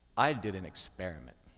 i did an experiment.